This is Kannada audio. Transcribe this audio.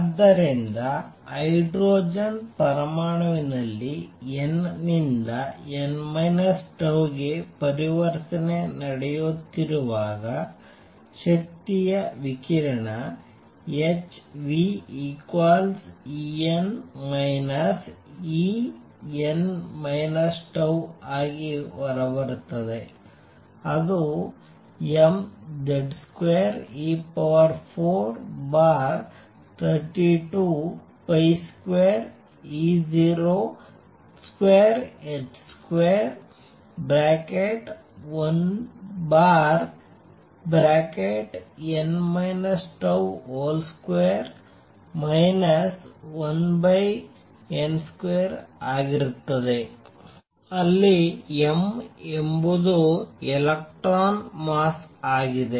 ಆದ್ದರಿಂದ ಹೈಡ್ರೋಜನ್ ಪರಮಾಣುವಿನಲ್ಲಿ n ನಿಂದ n τ ಗೆ ಪರಿವರ್ತನೆ ನಡೆಯುತ್ತಿರುವಾಗ ಶಕ್ತಿಯ ವಿಕಿರಣ h En En τ ಆಗಿ ಹೊರಬರುತ್ತದೆ ಅದು mZ2e432202h21n τ2 1n2 ಆಗಿರುತ್ತದೆ ಅಲ್ಲಿ m ಎಂಬುದು ಎಲೆಕ್ಟ್ರಾನ್ ಮಾಸ್ ಆಗಿದೆ